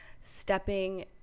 stepping